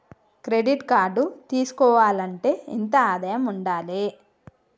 Credit card తీసుకోవాలంటే ఎంత ఆదాయం ఉండాలే?